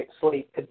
sleep